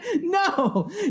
No